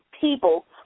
people